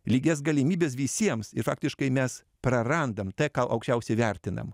lygias galimybes visiems ir faktiškai mes prarandam tai ką aukščiausiai vertinam